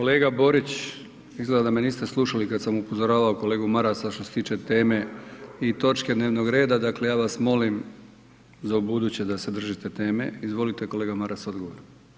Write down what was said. Kolega Borić, izgleda da me niste slušali kad sam upozoravao kolegu Marasa što se tiče teme i točke dnevnog reda, dakle ja vas molim za ubuduće da se držite teme, izvolite kolega Maras odgovor.